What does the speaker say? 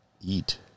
eat